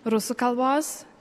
rusų kalbos